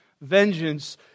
vengeance